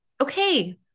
okay